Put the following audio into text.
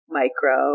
micro